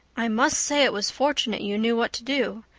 i must say it was fortunate you knew what to do.